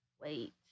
wait